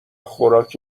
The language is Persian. خوراک